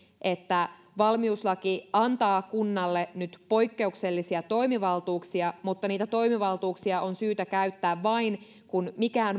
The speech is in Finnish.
että valmiuslaki antaa kunnalle nyt poikkeuksellisia toimivaltuuksia mutta niitä toimivaltuuksia on syytä käyttää vain kun mikään